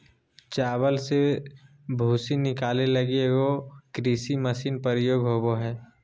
चावल से भूसी निकाले लगी एगो कृषि मशीन प्रयोग होबो हइ